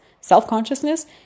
self-consciousness